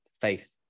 faith